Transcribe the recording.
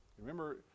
Remember